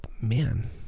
man